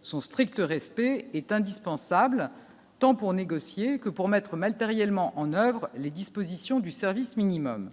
sont stricte respect est indispensable tant pour négocier que pour mettre Malte réellement en oeuvre les dispositions du service minimum.